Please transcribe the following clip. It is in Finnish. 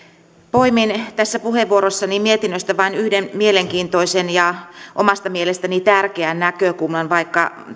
poimin tässä puheenvuorossani mietinnöstä vain yhden mielenkiintoisen ja omasta mielestäni tärkeän näkökulman vaikka